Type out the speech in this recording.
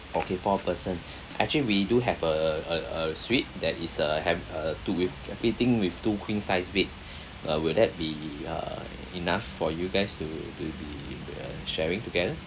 okay four person actually we do have a a a suite that is a ham~ uh to with competing with two queen size bed uh will that be uh enough for you guys to to be uh sharing together